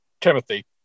Timothy